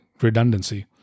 redundancy